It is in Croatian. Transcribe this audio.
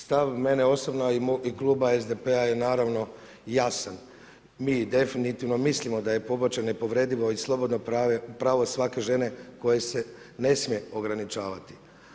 Stav mene osobno a i Kluba SDP-a je naravno jasan, mi definitivno mislimo da je pobačaj nepovredivo i slobodno pravo svake žene koje se ne smije ograničavati.